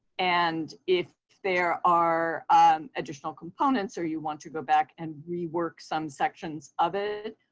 and if there are additional components, or you want to go back and rework some sections of it,